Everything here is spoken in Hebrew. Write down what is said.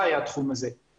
והתחום הזה הוא על ערש דווי.